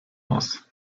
aus